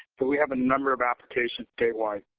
but we have a number of applications statewide.